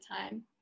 time